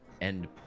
end